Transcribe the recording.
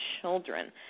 children